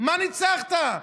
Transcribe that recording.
במה ניצחת?